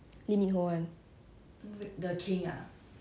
the monarch I think I think okay lah I watch because 他很帅 lah